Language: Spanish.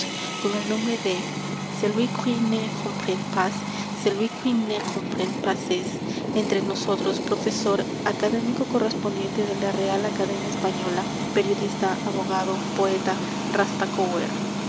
con el nombre de celui qui ne comprend pas celui qui ne comprend pas es entre nosotros profesor académico correspondiente de la real academia española periodista abogado poeta